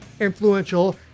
influential